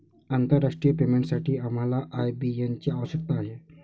आंतरराष्ट्रीय पेमेंटसाठी आम्हाला आय.बी.एन ची आवश्यकता आहे